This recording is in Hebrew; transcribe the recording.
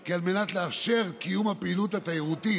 כי על מנת לאפשר את קיום הפעילות התיירותית